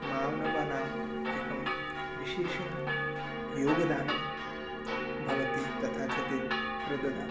मानवानाम् एकम् विशेषं योगदानं भवति तथा च ते प्रददति